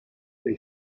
they